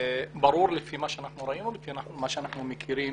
ברור לפי מה שאנחנו ראינו ומה שאנחנו מכירים